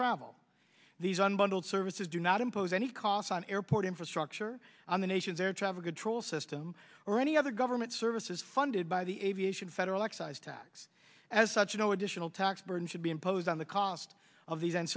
travel these unbundled services do not impose any cost on airport infrastructure on the nation's air traffic control system or any other government services funded by the aviation federal excise tax as such no additional tax burden should be imposed on the cost of these an